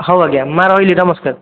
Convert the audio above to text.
ହଉ ଆଜ୍ଞା ମାଆ ରହିଲି ନମସ୍କାର